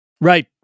Right